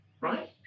Right